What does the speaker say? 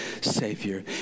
Savior